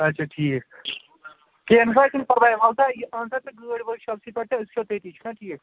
اچھا ٹھیٖک کینٛہہ نہ سہَ چھُ نہ پرواے انسہَ ژم گٲڑۍ ورک شاپسے پیٚٹھ تہٕ أسۍ وچھو تٔتے چھُ نہ ٹھیٖک